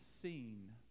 seen